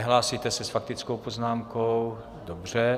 Nehlásíte se s faktickou poznámkou, dobře.